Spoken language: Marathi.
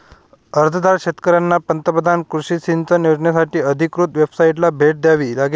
अर्जदार शेतकऱ्यांना पंतप्रधान कृषी सिंचन योजनासाठी अधिकृत वेबसाइटला भेट द्यावी लागेल